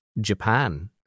Japan